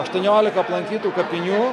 aštuoniolika aplankytų kapinių